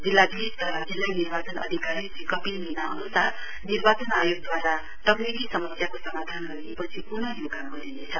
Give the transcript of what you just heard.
जिल्लाधीश तथा जिल्ला निर्वाचन अधिकारी श्री कपिल मीणा अनुसार निर्वाचन आयोगदुवारा तकनिकी समस्याको समाधान गरिएपछि पुन यो काम गरिनेछ